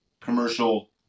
commercial